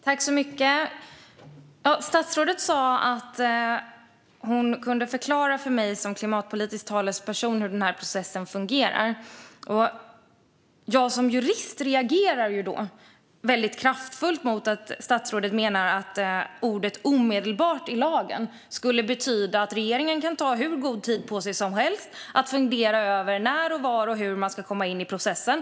Fru talman! Statsrådet sa att hon kunde förklara för mig som klimatpolitisk talesperson hur processen fungerar. Jag som jurist reagerar då kraftfullt mot att statsrådet menar att ordet "omedelbart" i lagen skulle betyda att regeringen kan ta hur god tid på sig som helst att fundera över när, var och hur man ska komma in i processen.